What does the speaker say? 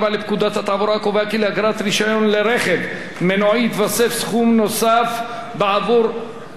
הקובע כי לאגרת רשיון לרכב מנועי יתווסף סכום נוסף בעבור רשות השידור.